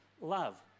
love